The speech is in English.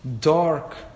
dark